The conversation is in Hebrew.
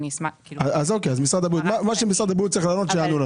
מה שמשרד הבריאות צריכים לענות שיענו.